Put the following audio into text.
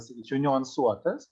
sakyčiau niuansuotas